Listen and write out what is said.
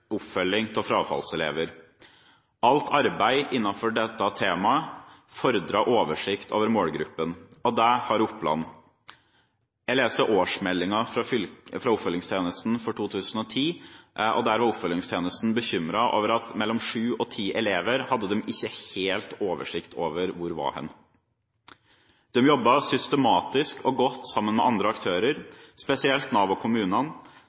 oppfølging av frafallselever. Alt arbeid innenfor dette temaet fordrer oversikt over målgruppen, og det har Oppland. Jeg leste årsmeldingen fra oppfølgingstjenesten for 2010, og der var oppfølgingstjenesten bekymret over at de ikke helt hadde oversikt over hvor mellom sju og ti elever var. De jobbet systematisk og godt sammen med andre aktører, spesielt med Nav og kommunene,